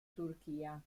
turchia